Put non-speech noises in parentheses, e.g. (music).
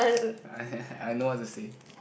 I (laughs) I know what to say